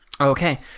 Okay